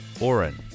Oren